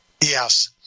yes